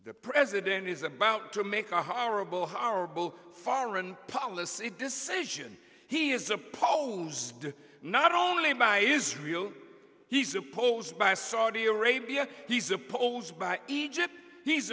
the president is about to make a horrible horrible foreign policy decision he is opposed not only by israel he's opposed by saudi arabia he's opposed by egypt he's